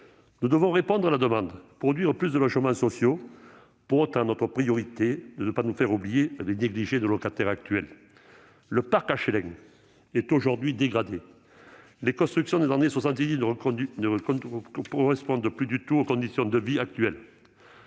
Nous devons répondre à la demande et produire plus de logements sociaux. Pour autant, cette priorité ne doit pas nous faire oublier ou négliger nos locataires actuels. Le parc HLM existant est aujourd'hui dégradé. Les constructions des années 1970 ne correspondent plus aux conditions de vie actuelles